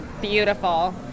beautiful